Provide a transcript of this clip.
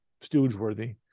stooge-worthy